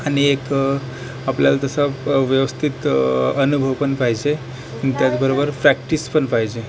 आणि एक आपल्याला तसं व्यवस्थित अनुभव पण पाहिजे आणि त्याचबरोबर पॅक्टीस पण पाहिजे